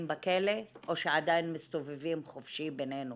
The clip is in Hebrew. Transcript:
בכלא או שעדיין מסתובבים חופשי בינינו.